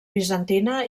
bizantina